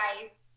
guys